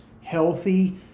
healthy